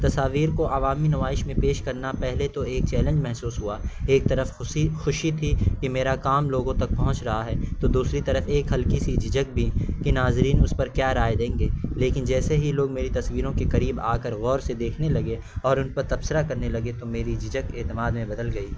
تصاویر کو عوامی نمائش میں پیش کرنا پہلے تو ایک چیلنج محسوس ہوا ایک طرف خوشی خوشی تھی کہ میرا کام لوگوں تک پہنچ رہا ہے تو دوسری طرف ایک ہلکی سی جھجک بھی کہ ناظرین اس پر کیا رائے دیں گے لیکن جیسے ہی لوگ میری تصویروں کے قریب آ کر غور سے دیکھنے لگے اور ان پر تبصرہ کرنے لگے تو میری جھجک اعتماد میں بدل گئی